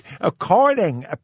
according